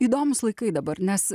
įdomūs laikai dabar nes